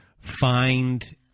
find